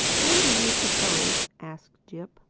when do you suppose, asked jip,